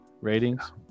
ratings